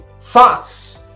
Thoughts